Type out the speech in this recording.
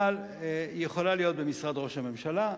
אבל היא יכולה להיות במשרד ראש הממשלה,